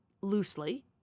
loosely